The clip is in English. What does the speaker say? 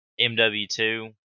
MW2